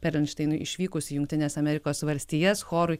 perelšteinui išvykus į jungtines amerikos valstijas chorui